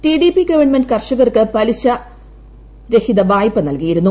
T D P government കർഷകർക്ക് പലിശ രസിത വായ്പ നൽകിയിരുന്നു